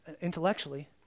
intellectually